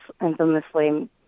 infamously